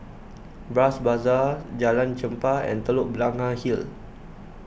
Bras Basah Jalan Chempah and Telok Blangah Hill